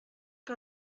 que